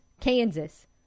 Kansas